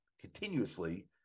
continuously